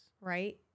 Right